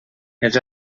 els